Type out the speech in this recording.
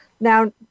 Now